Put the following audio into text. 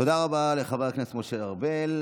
תודה רבה לחבר הכנסת משה ארבל.